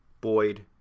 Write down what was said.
Boyd